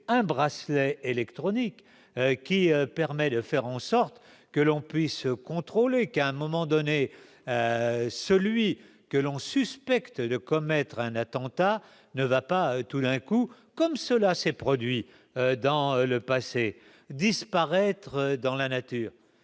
un bracelet électronique qui permet de faire en sorte que l'on puisse contrôler qu'à un moment donné, celui que l'on suspecte de commettre un attentat ne va pas tout d'un coup, comme cela s'est produit dans le passé, disparaître dans la nature